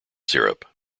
syrup